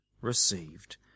received